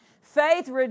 Faith